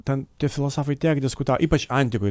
ten tie filosofai tiek diskutavo ypač antikoj